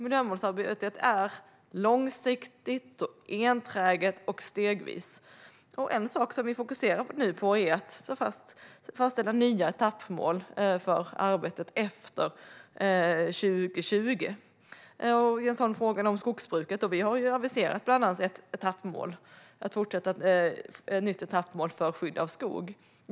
Miljömålsarbetet är långsiktigt och sker enträget och stegvis. En sak som vi fokuserar på nu är att fastställa nya etappmål för arbetet efter 2020. Jens Holm frågade om skogsbruket. Vi har bland annat aviserat ett nytt etappmål för skydd av skog.